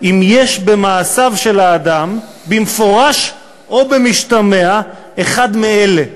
אם יש במעשיו של האדם במפורש או במשתמע אחת מאלה: